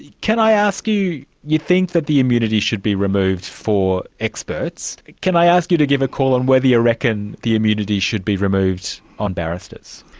can i ask you you think that the immunity should be removed for experts can i ask you to give a call on whether you reckon the immunity should be removed on barristers?